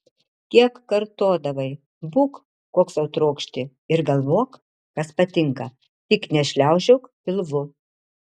kiek kartodavai būk koks sau trokšti ir galvok kas patinka tik nešliaužiok pilvu